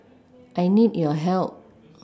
I need your help